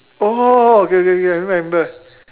oh okay okay okay I remember I remember